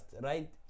right